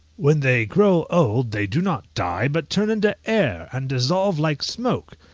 when they grow old they do not die, but turn into air, and dissolve like smoke!